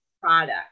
product